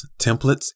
templates